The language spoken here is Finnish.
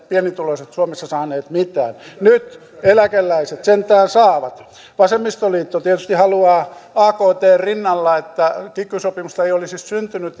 pienituloiset suomessa saaneet mitään nyt eläkeläiset sentään saavat vasemmistoliitto tietysti haluaa aktn rinnalla että kiky sopimusta ei olisi syntynyt